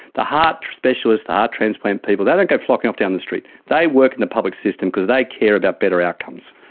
the heart specialist, the heart transplant people, they don't go flocking off down the street, they work in the public system because they care about better outcomes.